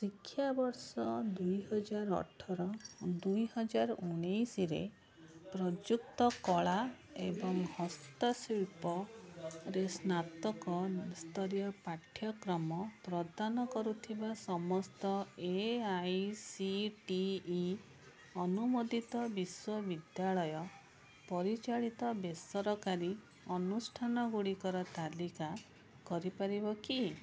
ଶିକ୍ଷାବର୍ଷ ଦୁଇ ହଜାର ଅଠର ଦୁଇ ହଜାର ଉଣେଇଶରେ ପ୍ରଯୁକ୍ତ କଳା ଏବଂ ହସ୍ତଶିଳ୍ପରେ ସ୍ନାତକସ୍ତରୀୟ ପାଠ୍ୟକ୍ରମ ପ୍ରଦାନ କରୁଥିବା ସମସ୍ତ A I C T E ଅନୁମୋଦିତ ବିଶ୍ୱବିଦ୍ୟାଳୟ ପରିଚାଳିତ ବେସରକାରୀ ଅନୁଷ୍ଠାନ ଗୁଡ଼ିକର ତାଲିକା କରିପାରିବ କି